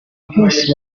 henshi